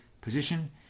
position